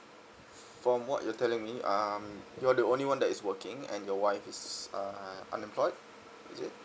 from what you're telling me um you are the only one that is working and your wife is uh unemployed is it